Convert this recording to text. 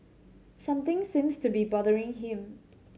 something seems to be bothering him